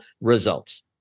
results